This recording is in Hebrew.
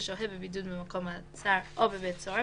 ושוהה בבידוד במקום מעצר או בבית סוהר